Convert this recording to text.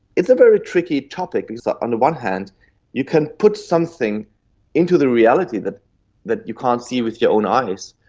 it's a very tricky topic because on the one hand you can put something into the reality that that you can't see with your own eyes,